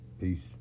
peace